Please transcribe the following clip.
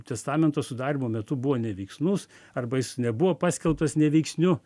testamento sudarymo metu buvo neveiksnus arba jis nebuvo paskelbtas neveiksniu